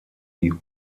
die